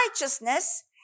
righteousness